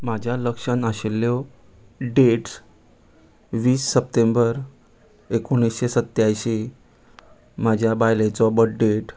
म्हाज्या लक्षांत आशिल्ल्यो डॅट्स वीस सप्टेंबर एकुणशे सत्यांयशीं म्हाज्या बायलेचो बड्डे